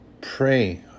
pray